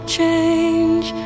change